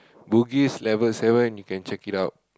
Bugis level seven you can check it out